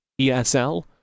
ESL